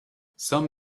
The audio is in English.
some